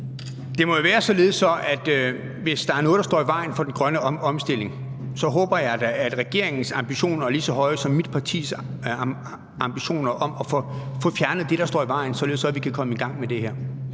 Det må jo være således, at hvis der er noget, der står i vejen for den grønne omstilling, så håber jeg da, at regeringens ambitioner er lige så høje som mit partis ambitioner om at få fjernet det, der står i vejen, så vi kan komme i gang med det her.